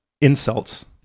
insults